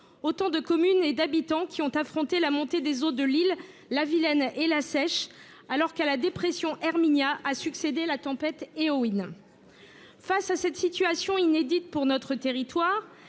autant de communes dont les habitants ont affronté la montée des eaux de l’Ille, de la Vilaine et de la Seiche alors qu’à la dépression Herminia a succédé la tempête Éowyn. Face à cette situation inédite pour notre territoire,